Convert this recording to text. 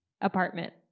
apartment